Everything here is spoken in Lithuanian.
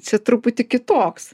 čia truputį kitoks